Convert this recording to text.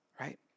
right